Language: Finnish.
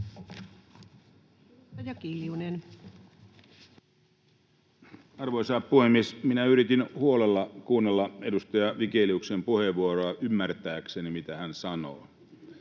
Arvoisa puhemies! Minä yritin huolella kuunnella edustaja Vigeliuksen puheenvuoroa ymmärtääkseni, mitä hän sanoo.